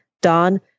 Don